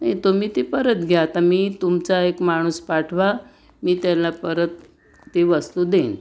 नाही तुम्ही ती परत घ्या आता मी तुमचा एक माणूस पाठवा मी त्याला परत ती वस्तू देईन